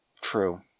True